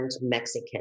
Mexican